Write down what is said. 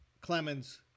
Clemens